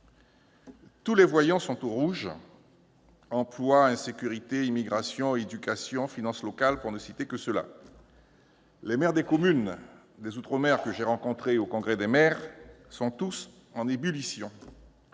Tous les voyants sont au rouge : emploi, insécurité, immigration, éducation, finances locales, pour ne citer que ces domaines. Les maires des communes d'outre-mer que j'ai rencontrés au congrès des maires sont tous en ébullition.